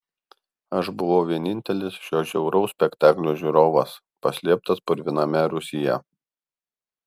aš buvau vienintelis šio žiauraus spektaklio žiūrovas paslėptas purviname rūsyje